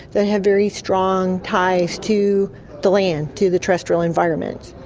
that have very strong ties to the land, to the terrestrial environment.